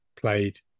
played